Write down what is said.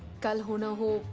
kal ho na ho,